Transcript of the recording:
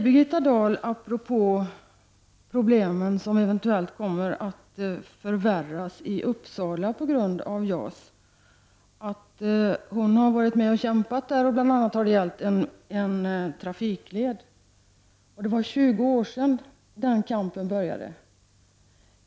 Birgitta Dahl sade apropå problemen som eventuellt kommer att förvärras i Uppsala på grund av JAS att hon har varit med och kämpat, bl.a. när det har gällt en trafikled. Det var 20 år sedan den kampen började.